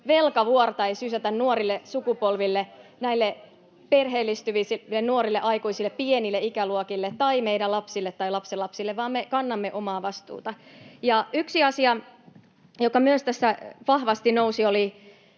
velkavuorta ei sysätä nuorille sukupolville, näille perheellistyville nuorille aikuisille, pienille ikäluokille tai meidän lapsille tai lapsenlapsille, vaan me kannamme omaa vastuuta. Yksi asia, joka myös tässä vahvasti nousi, oli